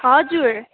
हजुर